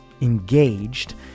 engaged